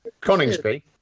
Coningsby